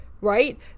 right